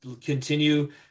continue –